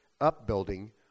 upbuilding